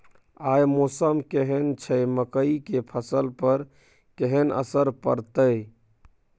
आय मौसम केहन छै मकई के फसल पर केहन असर परतै?